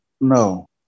No